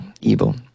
evil